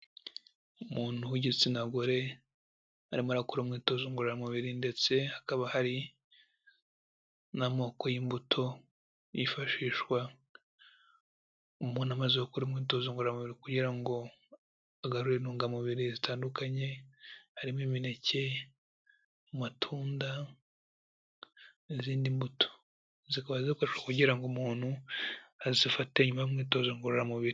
Umuntu w'igitsina gore, arimo arakora umwitozo ngororamubiri, ndetse hakaba hari n'amoko y'imbuto yifashishwa umuntu amaze gukora umwitozo ngororamubiri kugira ngo agarure intungamubiri zitandukanye, harimo imineke, amatunda, n'izindi mbuto, zikaba zikoreshwa kugira ngo umuntu azifate nyuma y'umwitozo ngororamubiri.